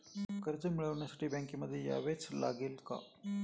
कर्ज मिळवण्यासाठी बँकेमध्ये यावेच लागेल का?